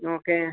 okay